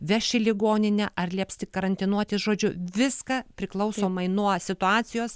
veš į ligoninę ar liepsi tik karantinuotis žodžiu viską priklausomai nuo situacijos